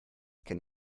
can